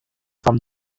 from